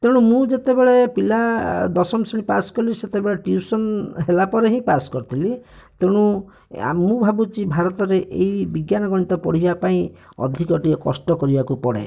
ତେଣୁ ମୁଁ ଯେତେବେଳେ ପିଲା ଦଶମ ଶ୍ରେଣୀ ପାସ୍ କଲି ସେତେବେଳେ ଟିଉସନ୍ ହେଲାପରେ ହିଁ ପାସ୍ କରିଥିଲି ତେଣୁ ଏ ଆମ ମୁଁ ଭାବୁଛି ଭାରତରେ ଏଇ ବିଜ୍ଞାନ ଗଣିତ ପଢ଼ିବା ପାଇଁ ଅଧିକ ଟିକିଏ କଷ୍ଟ କରିବାକୁ ପଡ଼େ